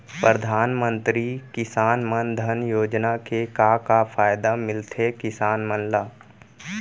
परधानमंतरी किसान मन धन योजना के का का फायदा मिलथे किसान मन ला?